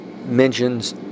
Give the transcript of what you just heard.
mentions